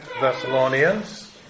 Thessalonians